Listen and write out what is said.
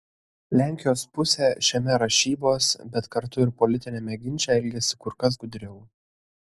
lenkijos pusė šiame rašybos bet kartu ir politiniame ginče elgiasi kur kas gudriau